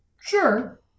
Sure